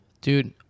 Dude